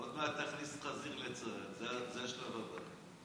עוד מעט תכניס חזיר לצה"ל, זה השלב הבא.